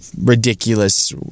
ridiculous